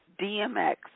DMX